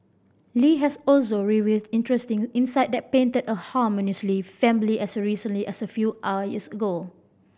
Li has also revealed interesting insight that painted a harmonious Lee family as recently as a few years ago